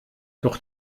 doch